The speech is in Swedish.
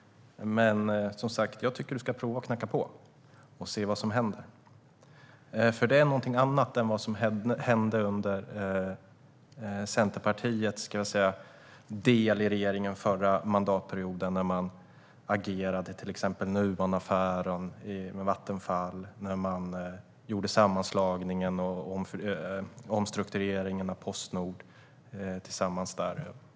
Jag tycker att Helena Lindahl ska prova att knacka på och se vad som händer. Detta är något annat än vad som hände under Centerpartiets agerande i regeringen förra mandatperioden när det gäller Nuonaffären, Vattenfall samt sammanslagningen och omstruktureringen av Postnord.